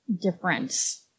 difference